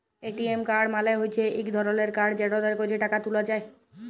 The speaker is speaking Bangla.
এ.টি.এম কাড় মালে হচ্যে ইক ধরলের কাড় যেটতে ক্যরে টাকা ত্যুলা যায়